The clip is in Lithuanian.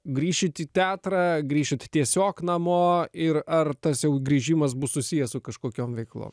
grįšit į teatrą grįšit tiesiog namo ir ar tas jau grįžimas bus susijęs su kažkokiom veiklom